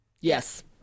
Yes